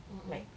mm